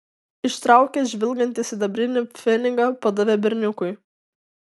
ištraukęs žvilgantį sidabrinį pfenigą padavė berniukui